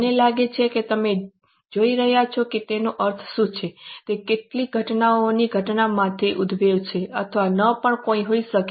મને લાગે છે કે તમે જોઈ રહ્યા છો કે તેનો અર્થ શું છે તે કેટલીક ઘટનાઓની ઘટના માટે ઉદ્ભવે છે અથવા ન પણ હોઈ શકે